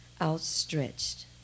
outstretched